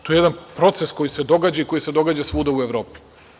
To je jedan proces koji se događa i koji se događa svuda u Evropi.